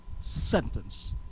sentence